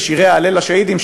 ושירי ההלל לשהידים,